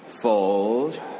Fold